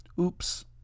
Oops